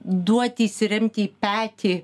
duoti įsiremti į petį